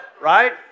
Right